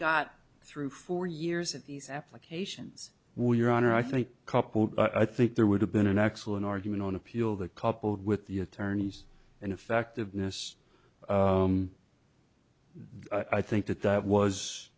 got through four years of these applications will your honor i think coupled i think there would have been an excellent argument on appeal that coupled with the attorney's ineffectiveness of the i think that that was